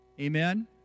Amen